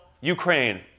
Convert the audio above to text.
Ukraine